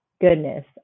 goodness